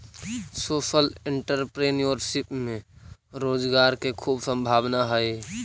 social entrepreneurship में रोजगार के खूब संभावना हई